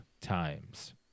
times